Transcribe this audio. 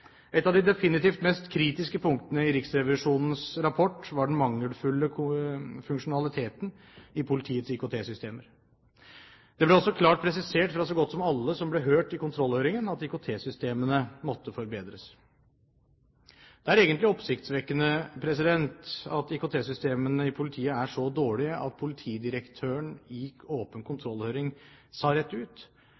Et av de definitivt mest kritiske punktene i Riksrevisjonens rapport var den mangelfulle funksjonaliteten i politiets IKT-systemer. Det ble også klart presisert fra så godt som alle som ble hørt i kontrollhøringen, at IKT-systemene måtte forbedres. Det er egentlig oppsiktsvekkende at IKT-systemene i politiet er så dårlige at politidirektøren i åpen